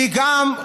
והיא גם,